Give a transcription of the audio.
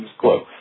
close